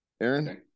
Aaron